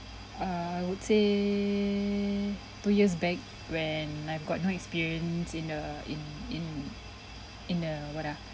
err I would say two years back when I've got no experience in a in in in a what ah